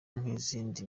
nk’izindi